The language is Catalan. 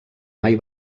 mai